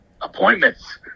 appointments